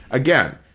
again,